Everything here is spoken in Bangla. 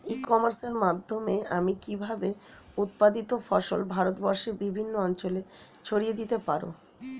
ই কমার্সের মাধ্যমে আমি কিভাবে উৎপাদিত ফসল ভারতবর্ষে বিভিন্ন অঞ্চলে ছড়িয়ে দিতে পারো?